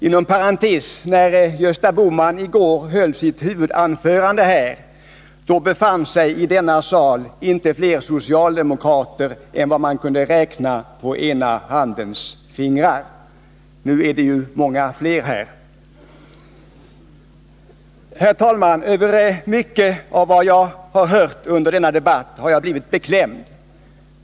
Inom parentes vill jag säga att när Gösta Bohman i går höll sitt huvudanförande fanns inte fler socialdemokrater i denna sal än att de kunde räknas på ena handens fingrar. Nu är det många fler här. Över mycket av vad jag har hört i denna debatt har jag blivit beklämd.